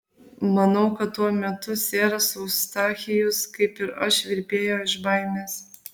manau kad tuo metu seras eustachijus kaip ir aš virpėjo iš baimės